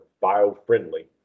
bio-friendly